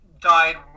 died